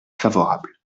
favorable